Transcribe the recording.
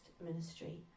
ministry